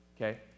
Okay